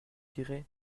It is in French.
dirai